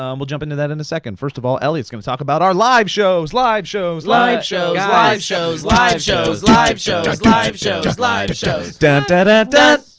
um we'll jump into that in a second. first of all, elliott's gonna talk about our live shows, live shows. live shows, live ah shows, live shows, live shows, live shows, live shows. dun dada dun